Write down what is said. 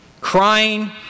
crying